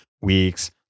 weeks